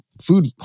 food